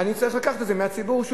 אני צריך לקחת את זה שוב מהציבור.